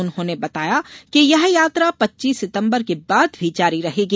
उन्होंने बताया कि यह यात्रा पच्चीस सितम्बर के बाद भी जारी रहेगी